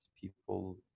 people